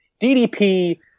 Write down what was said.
DDP